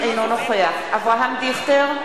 אינו נוכח אברהם דיכטר,